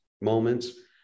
moments